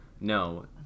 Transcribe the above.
no